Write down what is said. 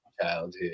childhood